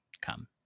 come